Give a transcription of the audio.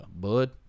bud